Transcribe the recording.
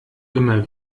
immer